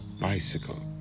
bicycle